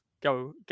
go